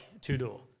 two-door